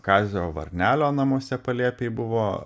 kazio varnelio namuose palėpėj buvo